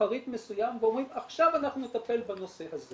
פריט מסוים ואומרים "עכשיו נטפל בנושא הזה"